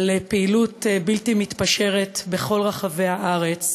על פעילות בלתי מתפשרת בכל רחבי הארץ,